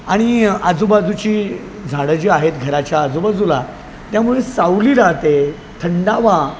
आणि आजूबाजूची झाडं जी आहेत घराच्या आजूबाजूला त्यामुळे सावली राहते थंडावा